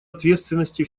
ответственности